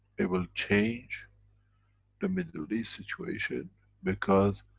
it will change the middle east situation because,